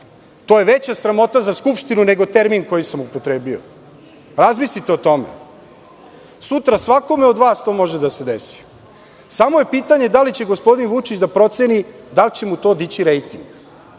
To je veća sramota za Skupštinu nego termin koji sam upotrebio. Razmislite o tome. Sutra svakome od vas to može da se desi. Samo je pitanje da li će gospodin Vučić da proceni da li će mu to dići rejting.